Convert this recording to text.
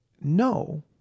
no